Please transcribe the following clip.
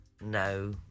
No